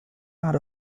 out